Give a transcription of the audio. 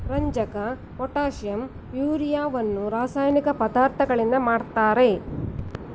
ರಂಜಕ, ಪೊಟ್ಯಾಷಿಂ, ಯೂರಿಯವನ್ನು ರಾಸಾಯನಿಕ ಪದಾರ್ಥಗಳಿಂದ ಮಾಡಿರ್ತರೆ